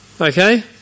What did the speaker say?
okay